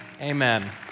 Amen